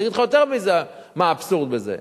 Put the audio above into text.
אני אגיד לך יותר מזה, מה האבסורד בזה: